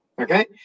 okay